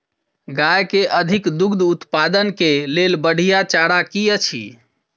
गाय केँ अधिक दुग्ध उत्पादन केँ लेल बढ़िया चारा की अछि?